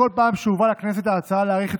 בכל פעם שהובאה לכנסת ההצעה להאריך את